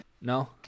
No